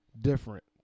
different